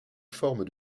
forme